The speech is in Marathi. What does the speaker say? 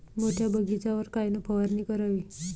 मोठ्या बगीचावर कायन फवारनी करावी?